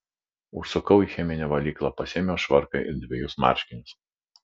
užsukau į cheminę valyklą pasiėmiau švarką ir dvejus marškinius